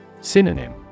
Synonym